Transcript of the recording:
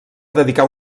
dedicar